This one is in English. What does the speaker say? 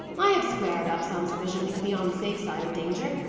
i have squared up some sufficiently to be on the safe side of danger,